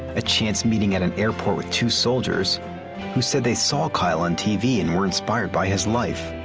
a chance meeting at an airport with two soldiers who said they saw kyle on tv and were inspired by his life.